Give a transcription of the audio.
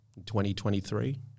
2023